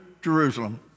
Jerusalem